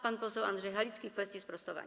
Pan poseł Andrzej Halicki w kwestii sprostowania.